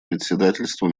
председательства